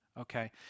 okay